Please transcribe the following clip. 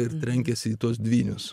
ir trenkiasi į tuos dvynius